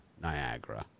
Niagara